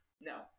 No